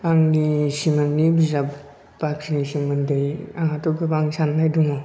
आंनि सिमांनि बिजाब बाख्रिनि सोमोन्दै आंहाथ' गोबां सान्नाय दङ